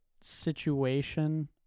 situation